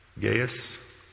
Gaius